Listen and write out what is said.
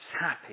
happy